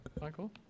Michael